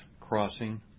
crossing